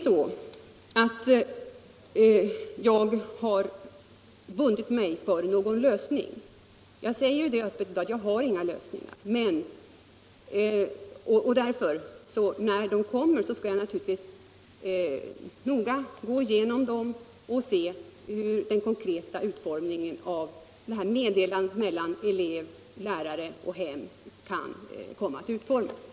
Jag har inte bundit mig för någon lösning. Jag säger helt öppet att jag inte har någon lösning. När förslagen från betygsutredningen kommer skall jag därför naturligtvis noga gå igenom dem.